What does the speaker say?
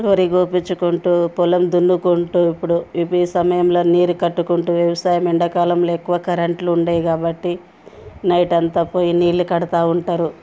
వరి కోయిపించుకుంటూ పొలం దున్నుకుంటూ ఇప్పుడు ఈ సమయంలో నీరు కట్టుకుంటూ వ్యవసాయం ఎండాకాలంలో ఎక్కువ కరెంట్లు ఉండయి కాబట్టి నైట్ అంతా పోయి నీళ్ళు కడుతూ ఉంటారు